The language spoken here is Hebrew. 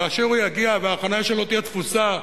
כאשר הוא יגיע והחנייה שלו תהיה תפוסה,